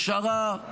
ישרה,